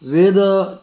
वेद